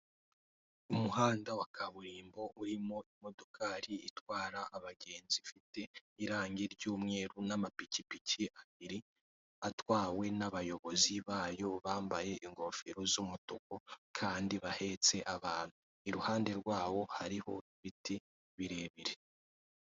Umuhanda wa kaburimbo, urimo imodokari itwara abagenzi ifite irangi ry'umweru n'amapikipiki abiri atwawe n'abayobozi bayo bambaye ingofero z'umutuku kandi bahetse abantu iruhande rwabo hariho ibiti birebire.